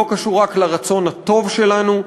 לא קשור רק לרצון הטוב שלנו,